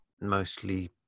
mostly